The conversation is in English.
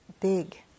big